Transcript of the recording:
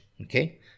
okay